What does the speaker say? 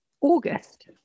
august